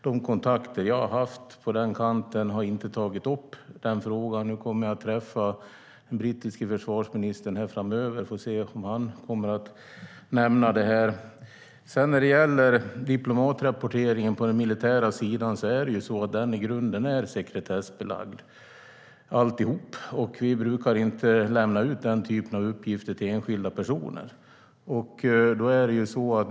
De kontakter jag har haft på den kanten har inte tagit upp den frågan. Jag kommer att träffa den brittiske försvarsministern framöver. Jag får se om han kommer att nämna det här. Diplomatrapporteringen på den militära sidan är i grunden sekretessbelagd. Vi brukar inte lämna ut den typen av uppgifter till enskilda personer.